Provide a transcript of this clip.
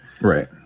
Right